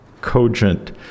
cogent